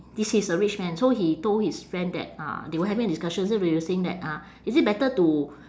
this is a rich man so he told his friend that uh they were having a discussion so they were saying that uh is it better to